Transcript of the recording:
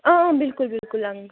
ٲں ٲں بلکل بلکل انکٕل